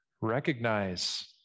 recognize